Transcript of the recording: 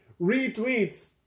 retweets